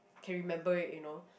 can remember it you know